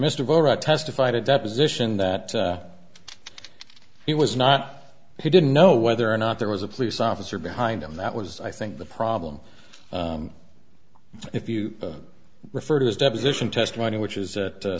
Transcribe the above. missed of testified a deposition that he was not he didn't know whether or not there was a police officer behind him that was i think the problem if you refer to his deposition testimony which is that